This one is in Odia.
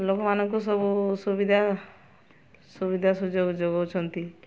ଲୋକମାନଙ୍କୁ ସବୁ ସୁବିଧା ସୁବିଧା ସୁଯୋଗ ଯୋଗାଉଛନ୍ତି